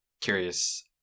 curious